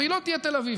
והיא לא תהיה תל אביב.